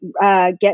Get